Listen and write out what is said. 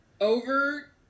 over